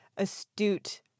astute